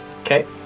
Okay